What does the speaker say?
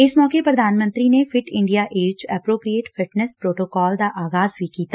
ਇਸ ਮੌਕੇ ਪ੍ਧਾਨ ਮੰਤਰੀ ਨੇ fit India age appropriate fitness protocol ਦਾ ਆਗਾਜ਼ ਵੀ ਕੀਤਾ